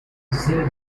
zero